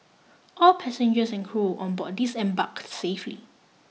all passengers and crew on board disembarked safely